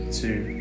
two